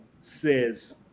says